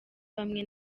bamwe